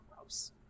gross